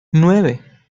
nueve